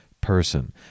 person